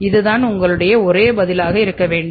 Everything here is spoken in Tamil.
இதுதான் உங்களுடைய ஒரே பதிலாக இருக்க வேண்டும்